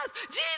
Jesus